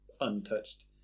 untouched